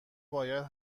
باید